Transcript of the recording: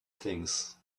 things